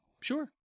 Sure